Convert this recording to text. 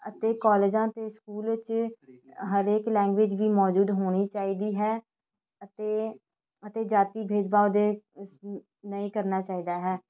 ਅਤੇ ਕੋਲਜਾਂ ਅਤੇ ਸਕੂਲ 'ਚ ਹਰੇਕ ਲੈਂਗੁਏਜ ਵੀ ਮੌਜੂਦ ਹੋਣੀ ਚਾਹੀਦੀ ਹੈ ਅਤੇ ਅਤੇ ਜਾਤੀ ਭੇਦਭਾਵ ਦੇ ਨਹੀਂ ਕਰਨਾ ਚਾਹੀਦਾ ਹੈ